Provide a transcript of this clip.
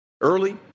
early